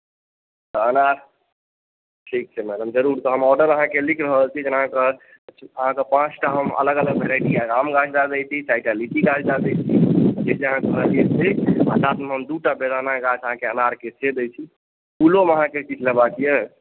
तऽ अनार ठीक छै मैडम जरूर तऽ हम आर्डर अहाँकेँ लिखि रहल छी जहन अहाँ कहब अहाँकेँ पाँच टा हम अलग अलग भेरायटी आम गाछ दए दैत छी चारि टा गाछ लीचीके दए दैत छी ठीक लास्टमे हम दू टा बेदानाके गाछ अनारके से दैत छी फूलोमे अहाँकेँ आओर किछु लेबाक यए